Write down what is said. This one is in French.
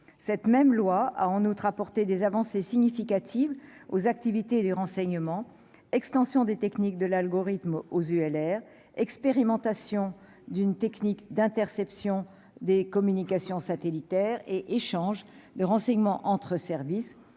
cette même loi a en outre apporté des avancées significatives aux activités des renseignements, extension des techniques de l'algorithme aux ULR expérimentation d'une technique d'interception des communications satellitaires et échange de renseignements entre services,